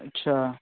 अच्छा